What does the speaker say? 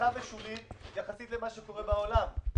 זניחה ושולית יחסית למה שקורה בעולם.